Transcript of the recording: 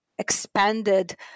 expanded